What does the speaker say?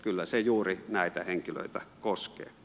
kyllä se juuri näitä henkilöitä koskee